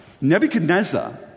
Nebuchadnezzar